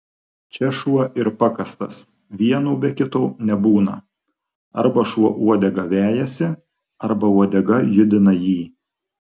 čia šuo ir pakastas vieno be kito nebūna arba šuo uodegą vejasi arba uodega judina jį